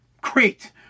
Great